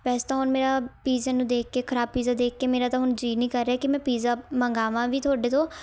ਵੈਸੇ ਤਾਂ ਹੁਣ ਮੇਰਾ ਪੀਜ਼ੇ ਨੂੰ ਦੇਖ ਕੇ ਖਰਾਬ ਪੀਜ਼ਾ ਦੇਖ ਕੇ ਮੇਰਾ ਤਾਂ ਹੁਣ ਜੀਅ ਨਹੀਂ ਕਰ ਰਿਹਾ ਕਿ ਮੈਂ ਪੀਜ਼ਾ ਮੰਗਾਵਾਂ ਵੀ ਤੁਹਾਡੇ ਤੋਂ